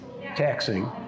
taxing